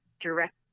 direct